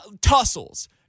tussles